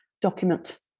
document